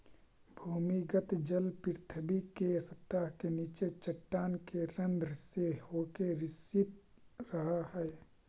भूमिगत जल पृथ्वी के सतह के नीचे चट्टान के रन्ध्र से होके रिसित रहऽ हई